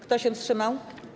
Kto się wstrzymał?